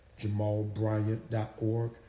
jamalbryant.org